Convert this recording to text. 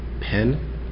pen